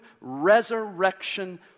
resurrection